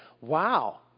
wow